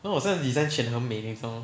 then 我这个 design 选很美你知道吗